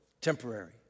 temporary